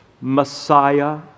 Messiah